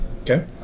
Okay